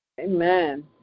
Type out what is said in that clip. Amen